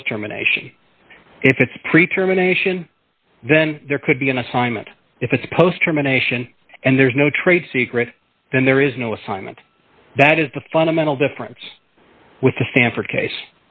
post germination if it's pre term a nation then there could be an assignment if it's post germination and there's no trade secret then there is no assignment that is the fundamental difference with the stanford case